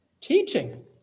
Teaching